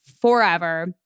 forever